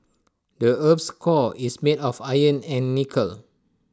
the Earth's core is made of iron and nickel